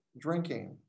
drinking